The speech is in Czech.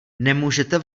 nemůžete